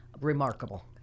Remarkable